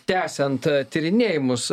tęsiant tyrinėjimus